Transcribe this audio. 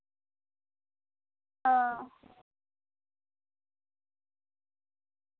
ᱚᱻ